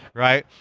right?